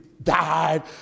Died